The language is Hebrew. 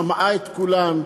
שמעה את כולם,